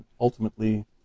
ultimately